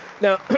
Now